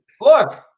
look